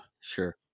Sure